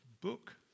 book